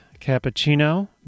Cappuccino